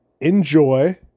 Enjoy